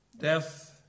Death